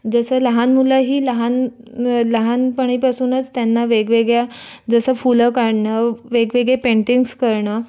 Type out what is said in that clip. जसं लहान मुलं ही लहान लहानपणीपासूनच त्यांना वेगवेगळ्या जसं फुलं काढणं वेगवेगळे पेंटिंग्स करणं